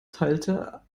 teilte